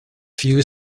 few